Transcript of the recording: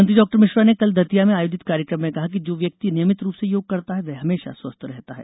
मंत्री डॉ मिश्रा ने कल दतिया में आयोजित कार्यक्रम में कहा कि जो व्यक्ति नियमित रूप से योग करता है वह हमेशा स्वस्थ रहता है